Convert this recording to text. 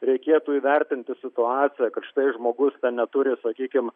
reikėtų įvertinti situaciją kad štai žmogus neturi sakykim